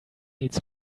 needs